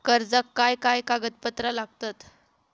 कर्जाक काय काय कागदपत्रा लागतत?